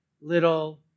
little